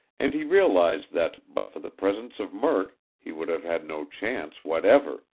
and he realized that, but for the presence of murk, he would have had no chance whatever,